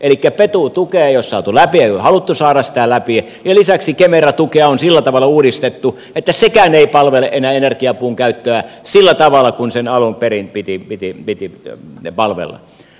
elikkä petu tukea ei ole saatu läpi ei ole haluttu saada sitä läpi ja lisäksi kemera tukea on sillä tavalla uudistettu että sekään ei palvele enää energiapuun käyttöä sillä tavalla kuin sen alun perin piti palvella